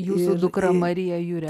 jūsų dukra marija jure